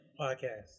Podcast